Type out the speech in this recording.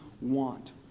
want